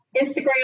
Instagram